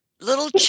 little